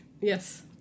Yes